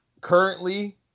currently